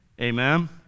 Amen